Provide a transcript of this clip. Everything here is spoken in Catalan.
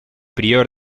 prior